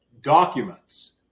documents